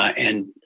and